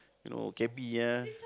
you know cabby ah